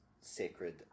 sacred